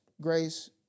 grace